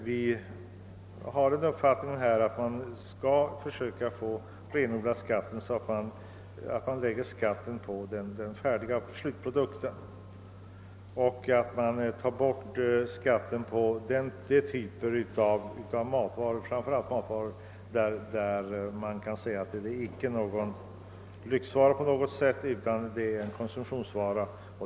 Vi har den uppfattningen, att skatten bör renodlas genom att läggas på den fär diga slutprodukten. Vi anser också att skatten bör tas bort från sådana typer framför allt äv matvaror som inte kan sägas vara lyxvaror utan korsumtionsvaror.